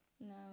No